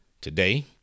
today